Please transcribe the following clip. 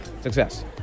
Success